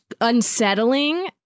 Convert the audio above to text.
unsettling